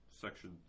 Section